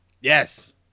Yes